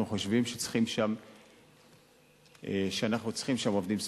חושבים שאנחנו צריכים שם עובדים סוציאליים.